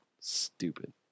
Stupid